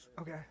Okay